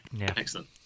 Excellent